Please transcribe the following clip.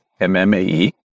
MMAE